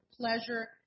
pleasure